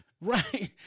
Right